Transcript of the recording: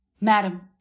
Madam